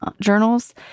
journals